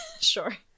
Sure